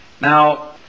Now